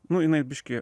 nu jinai biškį